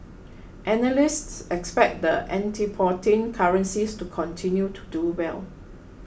analysts expect the antipodean currencies to continue to do well